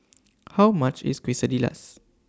How much IS Quesadillas